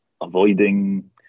avoiding